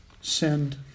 Send